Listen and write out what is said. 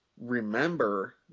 remember